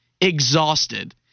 exhausted